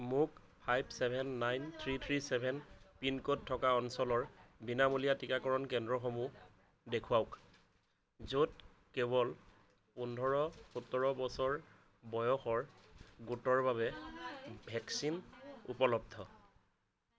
মোক five seven nine three three seven pin code থকা অঞ্চলৰ বিনামূলীয়া টিকাকৰণ কেন্দ্ৰসমূহ দেখুৱাওক য'ত কেৱল পোন্ধৰ সোতৰ বছৰ বয়সৰ গোটৰ বাবে ভেকচিন উপলব্ধ